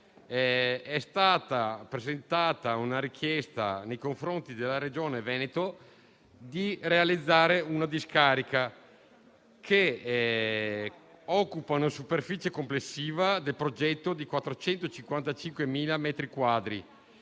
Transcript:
è stata presentata la richiesta, nei confronti della Regione Veneto, di realizzare una discarica, che occupa una superficie complessiva, nel progetto, di 455.000 metri quadrati.